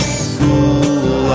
school